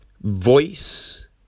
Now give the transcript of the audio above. voice